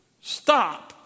Stop